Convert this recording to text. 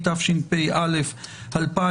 התשפ"א 2021,